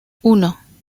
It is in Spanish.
uno